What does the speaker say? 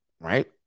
Right